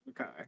okay